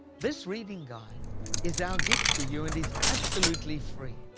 this reading guide is our gift to you and is absolutely free.